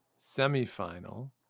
semifinal